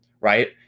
right